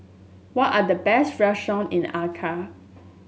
what are the best restaurants in the Accra